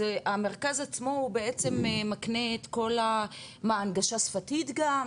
אז המרכז עצמו הוא בעצם מקנה את כל הנגשה שפתית גם,